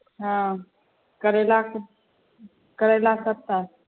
हँ करैलाके करैला सत्तरि